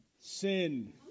Sin